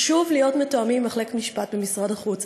חשוב להיות מתואמים עם מחלקת משפט במשרד החוץ.